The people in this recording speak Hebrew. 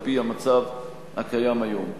על-פי המצב הקיים היום.